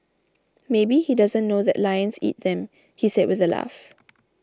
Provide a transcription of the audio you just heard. maybe he doesn't know that lions eat them he said with a laugh